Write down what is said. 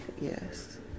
Yes